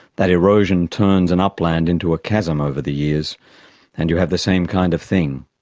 that erosion turns an upland into a chasm over the years and you have the same kind of thing,